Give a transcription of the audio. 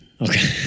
Okay